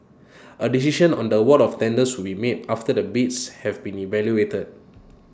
A decision on the award of the tenders will be made after the bids have been evaluated